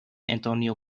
antonio